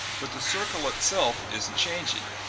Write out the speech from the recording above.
but the circle itself isnt changing.